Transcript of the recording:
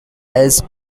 has